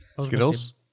Skittles